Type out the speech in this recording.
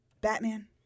Batman